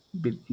bit